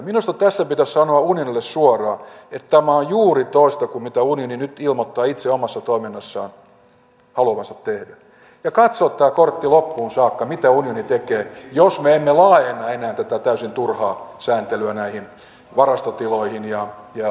minusta tässä pitäisi sanoa unionille suoraan että tämä on juuri toista kuin mitä unioni nyt ilmoittaa itse omassa toiminnassaan haluavansa tehdä ja katsoa tämä kortti loppuun saakka mitä unioni tekee jos me emme laajenna enää tätä täysin turhaa sääntelyä näihin varastotiloihin ja omakotitaloihin